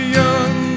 young